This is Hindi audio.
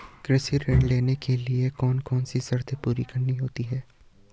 कृषि ऋण लेने के लिए कौन कौन सी शर्तें पूरी करनी होती हैं?